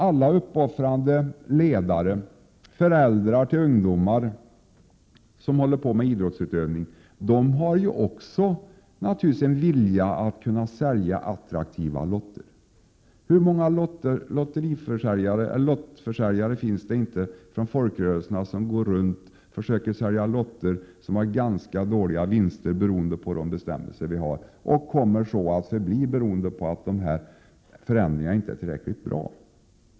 Alla uppoffrande ledare och föräldrar till ungdomar som håller på med idrottsutövning har naturligtvis också en önskan att kunna sälja attraktiva lotter. Hur många lottförsäljare finns det inte inom folkrörelserna som går runt och försöker sälja lotter med ganska dåliga vinster, beroende på de bestämmelser vi har. Det kommer så att förbli eftersom förändringarna inte är tillräckligt bra.